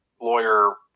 lawyer